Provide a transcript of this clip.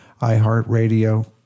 iHeartRadio